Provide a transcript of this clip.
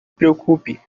preocupe